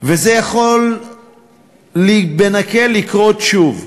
וזה יכול בנקל לקרות שוב.